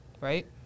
Right